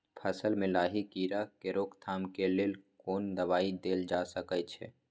फसल में लाही कीरा के रोकथाम के लेल कोन दवाई देल जा सके छै?